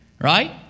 Right